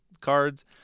cards